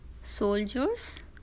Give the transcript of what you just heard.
soldiers